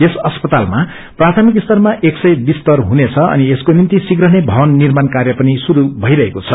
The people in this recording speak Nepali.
यस अस्पतालामा प्राथमिक स्तरमा एक सय विस्तर हुनेछ अनि यसको निभ्ति शीघ्र नै भवन निर्माण कार्य पनि श्रुरू भईरहेको छ